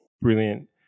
Brilliant